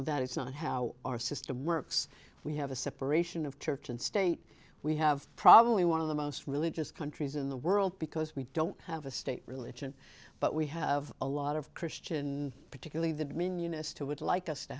that it's not how our system works we have a separation of church and state we have probably one of the most religious countries in the world because we don't have a state religion but we have a lot of christian particularly that mean eunice to would like us to